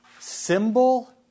Symbol